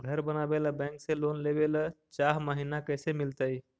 घर बनावे ल बैंक से लोन लेवे ल चाह महिना कैसे मिलतई?